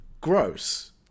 gross